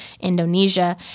Indonesia